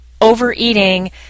overeating